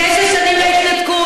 תשע שנים להתנתקות,